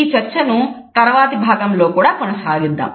ఈ చర్చను తరువాతి భాగంలో కూడా కొనసాగిద్దాం